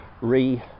re